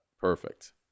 Perfect